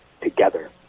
together